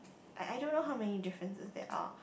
I I don't know how many differences there are